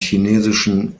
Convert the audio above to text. chinesischen